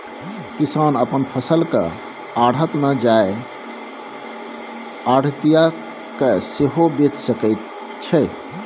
किसान अपन फसल केँ आढ़त मे जाए आढ़तिया केँ सेहो बेचि सकै छै